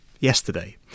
yesterday